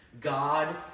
God